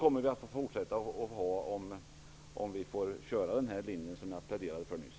Om vi får driva den linje jag pläderade för nyss kommer det också fortsättningsvis att vara så.